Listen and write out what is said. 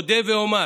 אודה ואומר